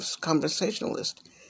conversationalist